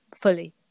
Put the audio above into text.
fully